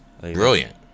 Brilliant